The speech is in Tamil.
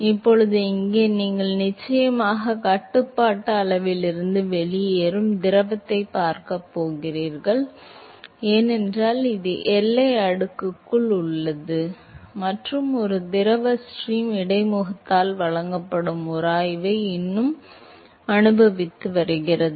இப்போது இங்கே நீங்கள் நிச்சயமாக கட்டுப்பாட்டு அளவிலிருந்து வெளியேறும் திரவத்தைப் பார்க்கப் போகிறீர்கள் ஏனென்றால் இப்போது இது எல்லை அடுக்குக்குள் உள்ளது மற்றும் ஒரு திரவ ஸ்ட்ரீம் இடைமுகத்தால் வழங்கப்படும் உராய்வை இன்னும் அனுபவித்து வருகிறது